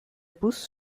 bus